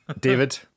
david